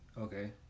Okay